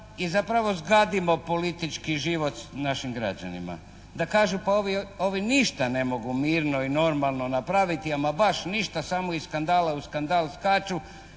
i zapravo zgadimo politički život našim građanima, da kažu pa ovi ništa ne mogu mirno i normalno napraviti, ama baš ništa, samo iz skandala u skandal skaču,